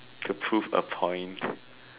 to prove a point